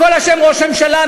בכול אשם ראש הממשלה,